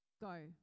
go